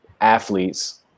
athletes